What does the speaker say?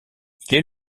est